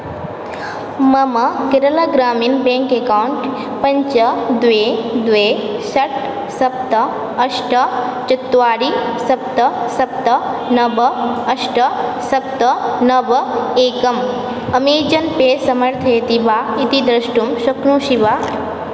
मम Kerala Gramin bank account पञ्च द्वे द्वे षट् सप्त अष्ट चत्वारि सप्त सप्त नव अष्ट सप्त नव एकं अमेजन् पे समर्थयति वा इति द्रष्टुं शक्नोषि वा